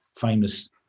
famous